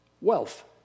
wealth